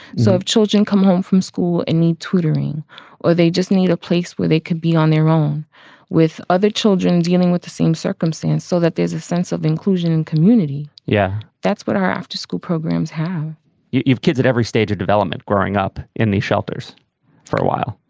so if children come home from school and need tutoring or they just need a place where they could be on their own with other children dealing with the same circumstance so that there's a sense of inclusion. and community. yeah, that's what our after school programs have you've kids at every stage of development growing up in these shelters for a while.